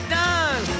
done